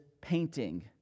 painting